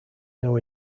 now